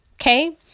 okay